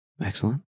Excellent